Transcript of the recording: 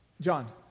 John